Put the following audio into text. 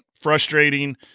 frustrating